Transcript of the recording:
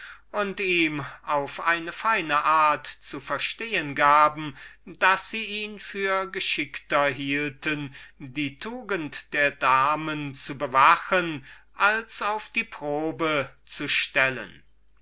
und ihm auf eine feine art zu verstehen gaben daß sie ihn für geschickter hielten die tugend der damen zu bewachen als auf die probe zu stellen